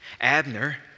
Abner